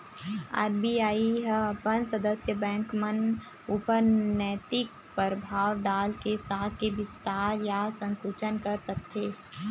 RBI ह अपन सदस्य बेंक मन ऊपर नैतिक परभाव डाल के साख के बिस्तार या संकुचन कर सकथे